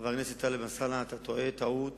חבר הכנסת טלב אלסאנע, אתה טועה טעות